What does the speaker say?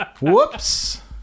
Whoops